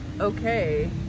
okay